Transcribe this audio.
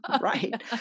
Right